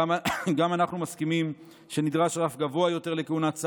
גם אנחנו מסכימים שנדרש רף גבוה יותר לכהונת שר,